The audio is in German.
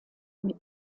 mit